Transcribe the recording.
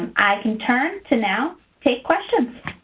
i can turn to now take questions.